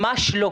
ממש לא,